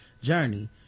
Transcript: journey